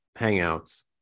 hangouts